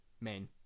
men